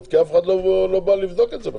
כי אף אחד לא בא לבדוק את זה בכלל.